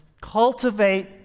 Cultivate